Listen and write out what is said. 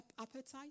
appetite